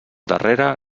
darrere